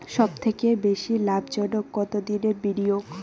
সবথেকে বেশি লাভজনক কতদিনের বিনিয়োগ?